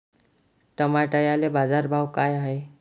टमाट्याले बाजारभाव काय हाय?